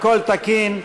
הכול תקין.